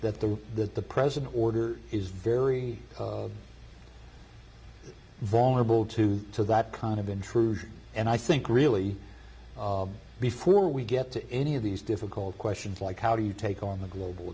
that the that the president order is very vulnerable to that kind of intrusion and i think really before we get to any of these difficult questions like how do you take on the global